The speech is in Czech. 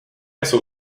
jsou